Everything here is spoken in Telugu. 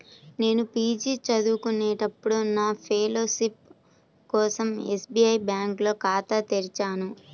నేను పీజీ చదువుకునేటప్పుడు నా ఫెలోషిప్ కోసం ఎస్బీఐ బ్యేంకులో ఖాతా తెరిచాను